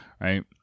Right